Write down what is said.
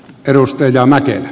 arvoisa puhemies